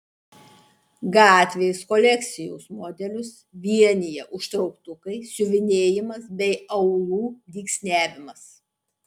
gatvės kolekcijos modelius vienija užtrauktukai siuvinėjimas bei aulų dygsniavimas